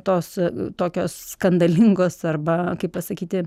tos tokios skandalingos arba kaip pasakyti